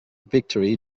victory